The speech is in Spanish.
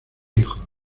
hijos